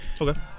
Okay